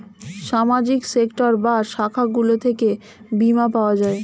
সামাজিক সেক্টর বা শাখাগুলো থেকে বীমা পাওয়া যায়